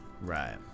right